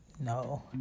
no